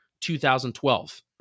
2012